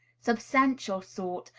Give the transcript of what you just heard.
substantial sort,